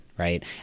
Right